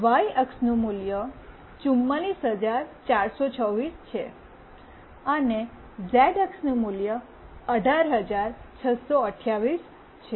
Y અક્ષનું મૂલ્ય 44426 છે અને ઝેડ અક્ષનું મૂલ્ય 18628 છે